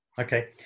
Okay